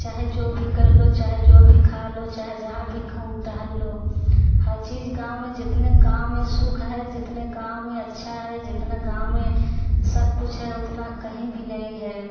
चाहे जो भी कर लो चाहे जो भी खा लो चाहे जहाँ भी घूम टहल लो हर चीज गाँव में जितने गाँव में सुख है जितने गाँव में अच्छा है जितना गाँव में सब कुछ है उतना कहीं भी नहीं है